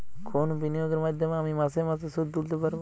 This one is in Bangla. কোন বিনিয়োগের মাধ্যমে আমি মাসে মাসে সুদ তুলতে পারবো?